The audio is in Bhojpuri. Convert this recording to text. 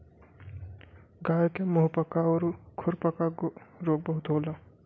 गाय के मुंहपका आउर खुरपका रोग बहुते होला